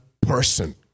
person